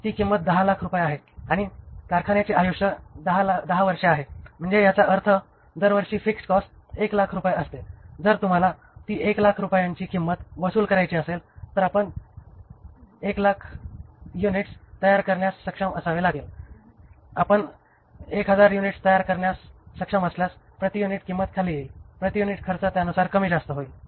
ती किंमत 10 लाख रुपये आहे आणि कारखान्याचे आयुष्य 10 वर्षे आहे म्हणजे याचा अर्थ दरवर्षी फिक्स्ड कॉस्ट 1 लाख रुपये असते जर तुम्हाला ती एक लाख रुपयांची किंमत वसूल करायची असेल तर आपण 10000 युनिट्स तयार करण्यास सक्षम असावे लागेल आपण 1000 युनिट्स तयार करण्यास सक्षम असल्यास प्रति युनिट किंमत खाली येईल प्रति युनिट खर्च त्यानुसार कमी जास्त होईल